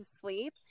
sleep